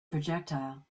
projectile